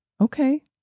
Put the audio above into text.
Okay